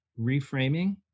reframing